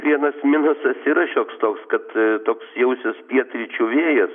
vienas minusas yra šioks toks kad toks jausis pietryčių vėjas